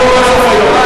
שלוש?